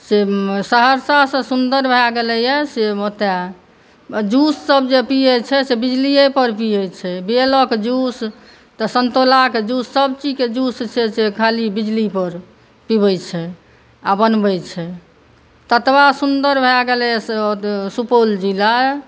से सहरसा सॅं सुन्दर भऽ गेलैया जे ओतऽ जुस सभ जे पियै छै से बिजलिये पर बनै छै बेलक जुस तऽ समतोलाके जुस सभ चीज छै खाली बिजली पर पिबै छै आ बनबै छै ततबा सुन्दर भऽ गेलैया सुपौल जिला